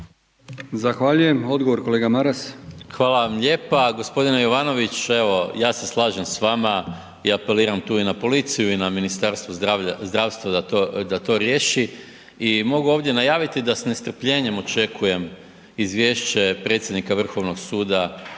Zahvaljujem. Odgovor kolega Maras. **Maras, Gordan (SDP)** Hvala vam lijepa. Gospodine Jovanović, evo ja se slažem s vama i apeliram tu i na policiju i na Ministarstvo zdravstva da to riješi. I mogu ovdje najaviti da s nestrpljenjem očekujem izvješće predsjednika Vrhovnog suda